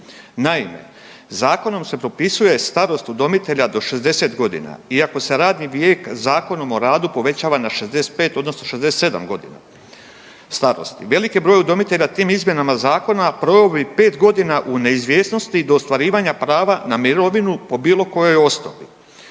Naime, Zakonom se propisuje starost udomitelja do 60 godina iako se radni vijek Zakonom o radu povećava na 65 odnosno 67 godina starosti. Veliki broj udomitelja tim izmjenama zakona proveo bi 5 godina u neizvjesnosti do ostvarivanja prava na mirovinu po bilo kojoj osnovi.